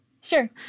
Sure